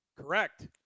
Correct